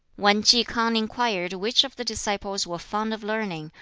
when ki k'ang inquired which of the disciples were fond of learning,